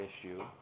issue